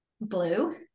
Blue